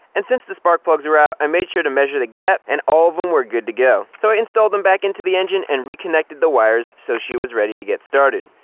and since the spark plugs were out, i made sure to measure the gap, and all them were good to go. so i installed them back into the engine and reconnected the wires so she was ready to get started.